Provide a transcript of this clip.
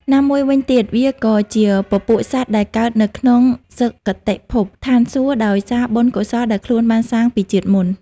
ណាមួយវិញទៀតវាក៏ជាពពួកសត្វដែលកើតនៅក្នុងសុគតិភព (ឋានសួគ៌) ដោយសារបុណ្យកុសលដែលខ្លួនបានសាងពីជាតិមុន។